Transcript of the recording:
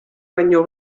baino